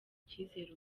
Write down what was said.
icyizere